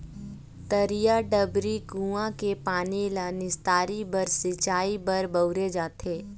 तरिया, डबरी, कुँआ के पानी ल निस्तारी बर, सिंचई बर बउरे जाथे